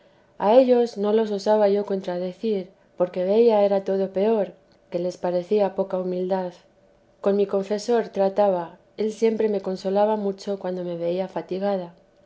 a ellos no los osaba yo contradecir porque veía era todo peor que les parecía poca humildad con mi confesor trataba él siempre me consolaba mucho cuando me veía fatigada